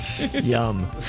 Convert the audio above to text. Yum